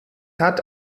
hat